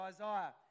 Isaiah